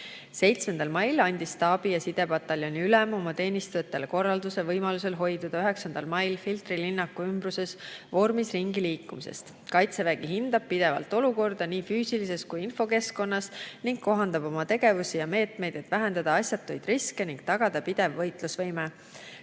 7. mail andis staabi- ja sidepataljoni ülem oma teenistujatele korralduse võimalusel hoiduda 9. mail Filtri linnaku ümbruses vormis ringiliikumisest. Kaitsevägi hindab pidevalt olukorda nii füüsilises kui infokeskkonnas ning kohandab oma tegevusi ja meetmeid, et vähendada asjatuid riske ning tagada pidev võitlusvõime.